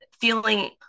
feeling